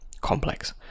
complex